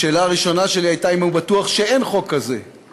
השאלה הראשונה שלי הייתה אם הוא בטוח שאין חוק כזה.